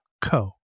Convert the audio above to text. co